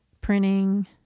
printing